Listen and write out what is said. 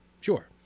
Sure